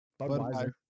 Budweiser